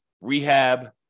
rehab